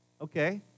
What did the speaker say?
Okay